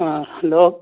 ꯑꯥ hello